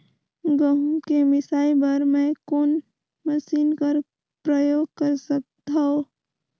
गहूं के मिसाई बर मै कोन मशीन कर प्रयोग कर सकधव?